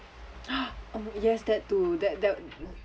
oh yes that too that that